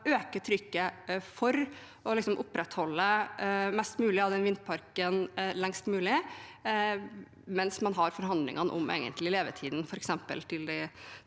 trykket for å opprettholde mest mulig av vindparken lengst mulig, mens man har forhandlinger om levetiden f.eks. til den